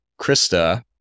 Krista